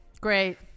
Great